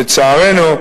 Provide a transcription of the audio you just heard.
לצערנו,